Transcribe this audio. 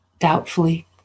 doubtfully